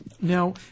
Now